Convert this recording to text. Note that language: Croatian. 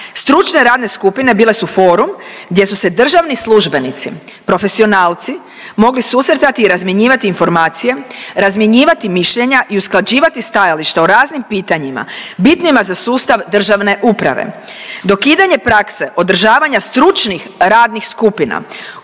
Stručne radne skupine bile su forum gdje su se državni službenici, profesionalci mogli susretati i razmjenjivati informacije, razmjenjivati mišljenja i usklađivati stajališta o raznim pitanjima bitnima za sustav državne uprave. Dokidanjem prakse održavanja stručnih radnih skupina